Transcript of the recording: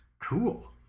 Cool